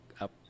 up